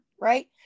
Right